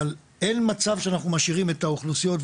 אבל אין מצב שאנחנו משאירים מאחור את האוכלוסיות,